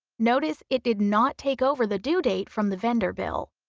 notice it did not take over the due date from the vendor bill.